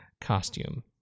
costume